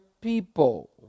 people